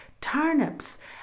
turnips